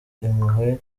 impuhwe